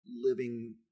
living